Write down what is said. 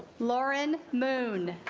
lauren moon